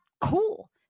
cool